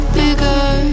bigger